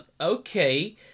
okay